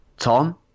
Tom